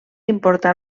importar